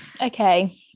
okay